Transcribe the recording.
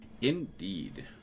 Indeed